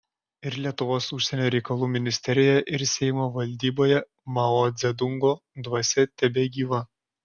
ir lietuvos užsienio reikalų ministerijoje ir seimo valdyboje mao dzedungo dvasia tebegyva